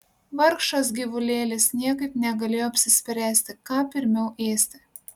vargšas gyvulėlis niekaip negalėjo apsispręsti ką pirmiau ėsti